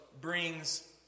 brings